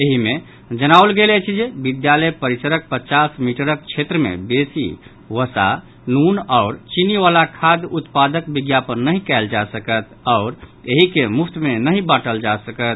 एहि मे जनाओल गेल अछि जे विद्यालय परिसरक पचास मीटरक क्षेत्र मे बेसी वसा नून आओर चीनी वला खाद्य उत्पादक विज्ञापन नहि कयल जा सकत आओर एहि के मुफ्त मे नहि बांटल जा सकत